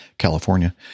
California